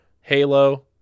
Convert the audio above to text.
Halo